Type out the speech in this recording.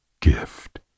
gift